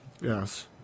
Yes